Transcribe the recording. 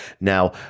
now